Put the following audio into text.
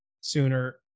sooner